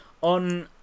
on